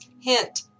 Hint